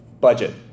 budget